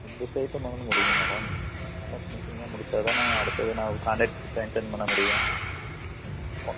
இந்த சைட்டை முதல்ல முடியுங்க மேடம் நல்லா பினிஷிங்கா முடித்தா தான் நாங்கள் அடுத்தது நாங்கள் கான்ட்ரெக்ட் சான்ஷன் பண்ண முடியும்